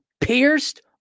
pierced